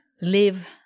live